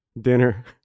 dinner